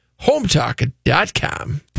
HomeTalk.com